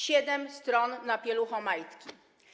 Siedem stron na pieluchomajtki.